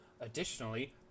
Additionally